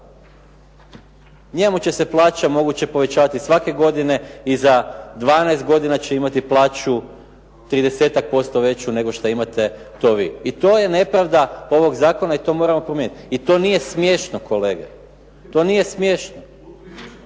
njemu će se plaća moguće povećavati svake godine i za 12 godina će imati plaću 30-ak posto veću nego što imate to vi. I to je nepravda ovog zakona i to moramo promijeniti. I to nije smiješno kolega, to nije smiješno.